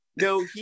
no